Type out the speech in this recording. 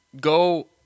go